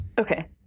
Okay